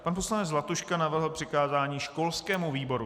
Pan poslanec Zlatuška navrhl přikázání školskému výboru.